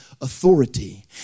authority